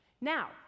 now